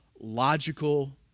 logical